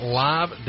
live